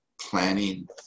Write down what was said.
planning